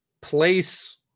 place